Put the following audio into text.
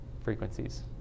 frequencies